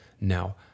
now